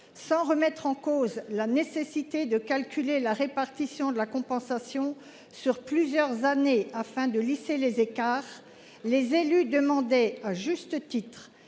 Sans remettre en cause la nécessité de calculer la répartition de la compensation sur plusieurs années afin de lisser les écarts, les élus demandaient à juste titre